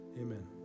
Amen